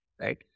Right